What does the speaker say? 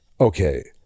okay